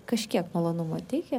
kažkiek malonumo teikia